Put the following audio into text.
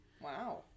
Wow